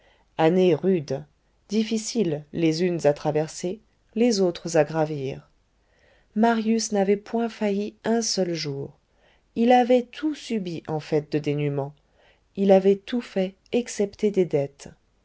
années rudes difficiles les unes à traverser les autres à gravir marius n'avait point failli un seul jour il avait tout subi en fait de dénûment il avait tout fait excepté des dettes